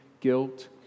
guilt